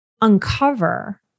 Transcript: uncover